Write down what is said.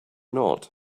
not